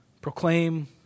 proclaim